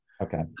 okay